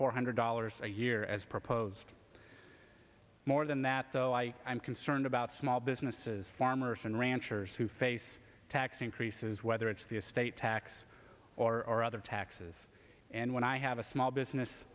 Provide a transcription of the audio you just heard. four hundred dollars a year as proposed more than that though i am concerned about small businesses farmers and ranchers who face tax increases whether it's the estate tax or other taxes and when i have a small business